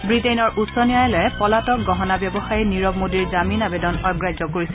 ৱিটেইনৰ উচ্চ ন্যায়ালয়ে পলাতক গহনা ব্যৱসায়ী নিৰৱ মোদীৰ জামিন আবেদন অগ্ৰাহ্য কৰিছে